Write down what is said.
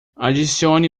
adicione